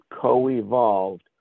co-evolved